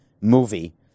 movie